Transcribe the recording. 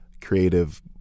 creative